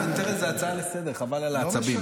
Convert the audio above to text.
זאת הצעה לסדר-היום, חבל על העצבים.